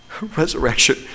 Resurrection